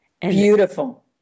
Beautiful